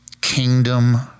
kingdom